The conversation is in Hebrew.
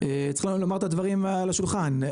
צריך גם לומר את הדברים על השולחן,